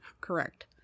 Correct